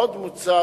עוד מוצע,